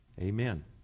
Amen